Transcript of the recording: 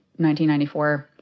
1994